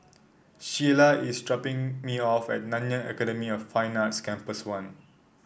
Shiela is dropping me off at Nanyang Academy of Fine Arts Campus One